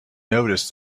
noticed